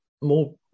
more